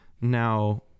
Now